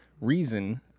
reason